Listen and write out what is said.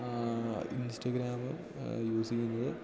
Instagram use ചെയ്യുന്നത്